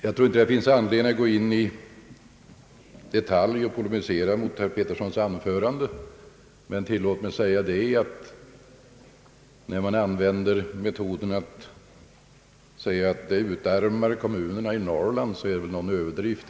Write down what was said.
Jag tror inte det finns anledning att gå in i detalj och polemisera mot herr Petterssons anförande, men tillåt mig säga att resonemanget om att nuvarande beskattningsmetod utarmar kommunerna i Norrland är överdrivet.